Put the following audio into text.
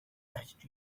touched